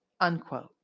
unquote